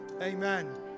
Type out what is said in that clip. Amen